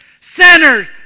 Sinners